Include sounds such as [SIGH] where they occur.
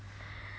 [BREATH]